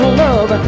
love